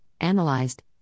analyzed